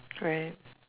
right